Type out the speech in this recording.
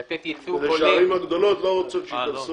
כדי שהערים הגדולות לא רוצות שייכנסו אליה קטנות.